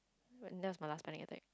that was my last panic attack